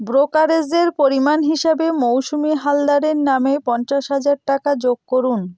ব্রোকারেজের পরিমাণ হিসেবে মৌসুমি হালদারের নামে পঞ্চাশ হাজার টাকা যোগ করুন